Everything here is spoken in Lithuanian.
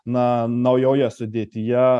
na naujoje sudėtyje